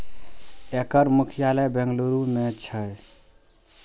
एकर मुख्यालय बेंगलुरू मे छै